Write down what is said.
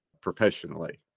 professionally